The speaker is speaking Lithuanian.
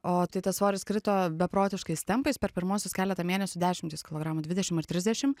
o tai tas svoris krito beprotiškais tempais per pirmuosius keletą mėnesių dešimtys kilogramų dvidešim ar trisdešim